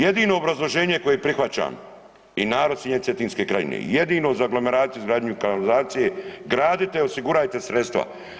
Jedino obrazloženje koje prihvaćam i narod Cetinske krajine, jedino za aglomeraciju, izgradnju kanalizacije gradite osigurajte sredstva.